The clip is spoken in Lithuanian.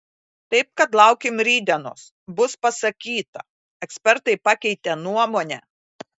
taip kad laukim rytdienos bus pasakyta ekspertai pakeitė nuomonę